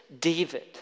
David